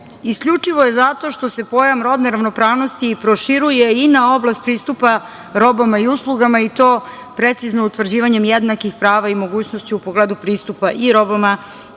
isključivo je zato što se pojam rodne ravnopravnosti, proširuje i na oblast pristupa robama i uslugama i to precizno utvrđivanjem jednakih prava i mogućnosti u pogledu pristupa i robama